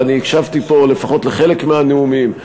ואני הקשבתי פה לפחות לחלק מהנאומים,